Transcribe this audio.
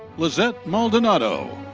lizette maldonado.